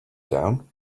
down